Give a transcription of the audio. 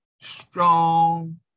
strong